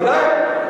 בוודאי.